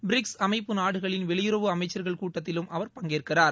BRICS அமைப்பு நாடுகளின் வெளியுறவு அமைச்சர்கள் கூட்டத்திலும் அவர் பங்கேற்கிறார்